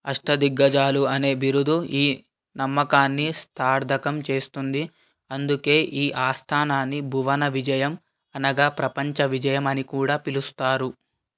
అష్టదిగ్గజాలు అనే బిరుదు ఈ నమ్మకాన్ని సార్థకం చేస్తుంది అందుకే ఈ ఆస్థానాన్ని భువన విజయం అనగా ప్రపంచ విజయం అని కూడా పిలుస్తారు